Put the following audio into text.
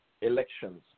elections